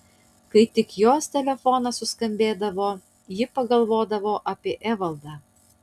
kai tik jos telefonas suskambėdavo ji pagalvodavo apie evaldą